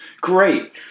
Great